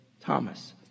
Thomas